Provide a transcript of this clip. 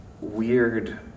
weird